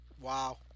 Wow